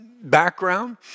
background